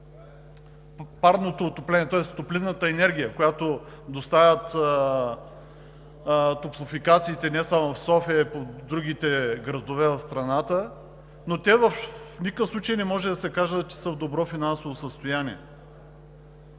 като сума, и съответно топлинната енергия, която доставят топлофикациите не само в София, а и в другите градове от страната, но те в никакъв случай не може да се каже, че са в добро финансово състояние.